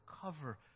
cover